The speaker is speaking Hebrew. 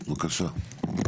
בבקשה.